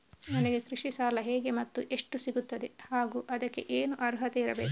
ನನಗೆ ಕೃಷಿ ಸಾಲ ಹೇಗೆ ಮತ್ತು ಎಷ್ಟು ಸಿಗುತ್ತದೆ ಹಾಗೂ ಅದಕ್ಕೆ ಏನು ಅರ್ಹತೆ ಇರಬೇಕು?